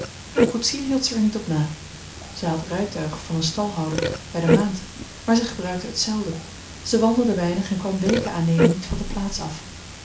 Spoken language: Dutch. een koetsier hield zij er niet op na zij had rijtuig van een stalhouder bij de maand maar zij gebruikte het zelden zij wandelde weinig en kwam weken aaneen niet van de plaats af